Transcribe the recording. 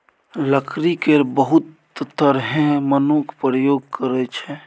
लकड़ी केर बहुत तरहें मनुख प्रयोग करै छै